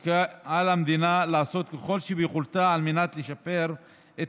כי על המדינה לעשות ככל שביכולתה לשפר את